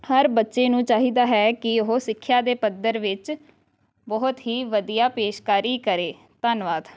ਹਰ ਬੱਚੇ ਨੂੰ ਚਾਹੀਦਾ ਹੈ ਕਿ ਉਹ ਸਿੱਖਿਆ ਦੇ ਪੱਧਰ ਵਿੱਚ ਬਹੁਤ ਹੀ ਵਧੀਆ ਪੇਸ਼ਕਾਰੀ ਕਰੇ ਧੰਨਵਾਦ